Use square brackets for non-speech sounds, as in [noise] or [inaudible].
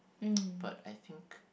[noise] but I think